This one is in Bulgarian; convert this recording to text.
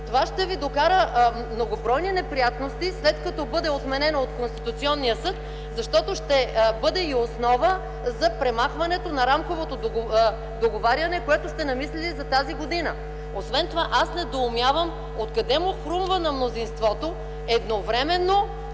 Това ще Ви докара многобройни неприятности, след като бъде отменен от Конституционния съд, защото ще бъде и основа за премахването на рамковото договаряне, което сте намислили за тази година. Освен това, аз недоумявам откъде му хрумва на мнозинството едновременно